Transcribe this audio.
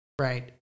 right